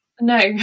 No